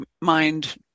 mind